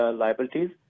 liabilities